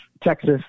Texas